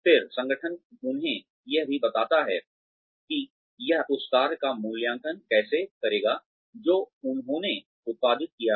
फिर संगठन उन्हें यह भी बताता है कि यह उस कार्य का मूल्यांकन कैसे करेगा जो उन्होंने उत्पादित किया है